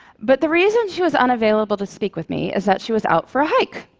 but the reason she was unavailable to speak with me is that she was out for a hike,